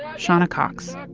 and shawna cox.